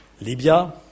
Libya